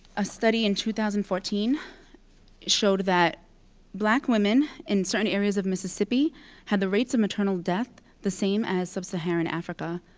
a study in two thousand and fourteen showed that black women in certain areas of mississippi had the rates of maternal death the same as sub-saharan africa.